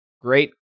Great